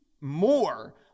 more